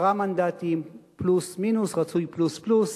עשרה מנדטים פלוס-מינוס, רצוי פלוס-פלוס,